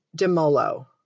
DeMolo